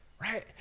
Right